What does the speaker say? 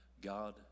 God